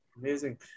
Amazing